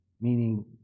Meaning